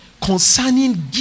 Concerning